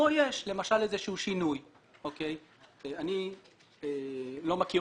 כאן יש למשל איזשהו שינוי שאני לא מכיר